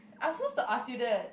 I'm supposed to ask you that